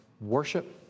worship